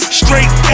straight